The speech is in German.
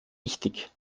wichtig